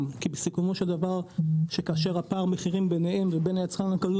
כי בסיכומו של דבר כאשר פער המחירים בינם לבין היצרן הגדול